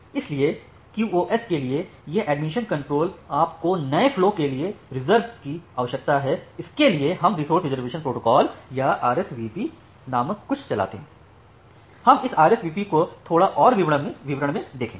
इसलिए QoS के लिए यह एडमिशन कंट्रोल आपको नए फ्लो के लिए रिज़र्व की आवश्यकता है इसके लिए हम रिसोर्स रिज़र्वेशन प्रोटोकॉल या आरएसवीपी नामक कुछ चलाते हैं हम इस आरएसवीपी को थोड़ा और विवरण में देखेंगे